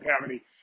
cavity